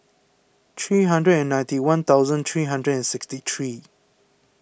three hundred and ninety one thousand three hundred and sixty three